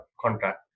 contract